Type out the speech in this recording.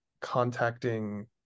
contacting